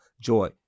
joy